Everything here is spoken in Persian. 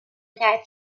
کرد